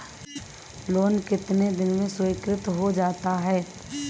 Loan कितने दिन में स्वीकृत हो जाता है?